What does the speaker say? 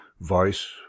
vice